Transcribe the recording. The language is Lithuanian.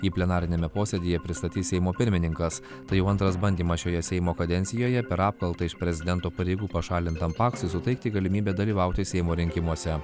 jį plenariniame posėdyje pristatys seimo pirmininkas tai jau antras bandymas šioje seimo kadencijoje per apkaltą iš prezidento pareigų pašalintam paksui suteikti galimybę dalyvauti seimo rinkimuose